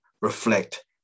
reflect